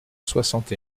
soixante